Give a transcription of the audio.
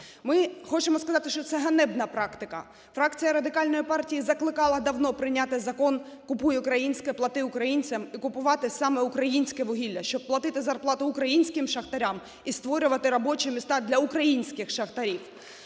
Ми хочемо сказати, що це ганебна практика. Фракція Радикальної партії закликала давно прийняти Закон "Купуй українське, плати українцям" і купувати саме українське вугілля, щоб платити зарплату українським шахтарям і створювати робочі місця для українських шахтарів,